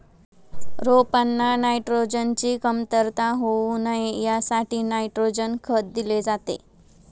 रोपांना नायट्रोजनची कमतरता होऊ नये यासाठी नायट्रोजन खत दिले जाते